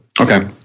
Okay